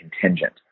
contingent